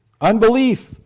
Unbelief